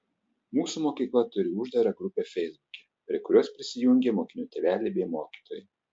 mūsų mokykla turi uždarą grupę feisbuke prie kurios prisijungę mokinių tėveliai bei mokytojai